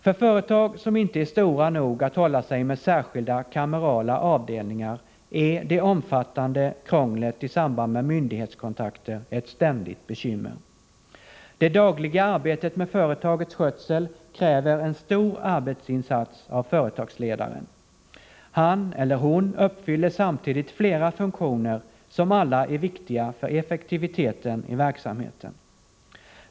För företag som inte är stora nog att hålla sig med särskilda kamerala avdelningar är det omfattande krånglet i samband med myndighetskontakter ett ständigt bekymmer. Det dagliga arbetet med företagets skötsel kräver en stor arbetsinsats av företagsledaren. Han eller hon uppfyller samtidigt flera funktioner, som alla är viktiga för effektiviteten i verksamheten.